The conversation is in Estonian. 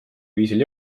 viisil